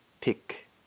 pick